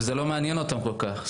וזה לא מעניין אותם כל כך.